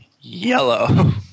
Yellow